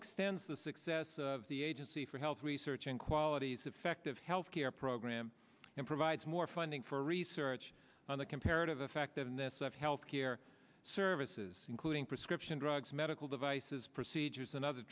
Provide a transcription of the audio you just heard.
extends the success of the agency for health research in qualities effective health care program and provides more funding for research on the comparative effectiveness of health care services including prescription drugs medical devices procedures and other